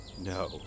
No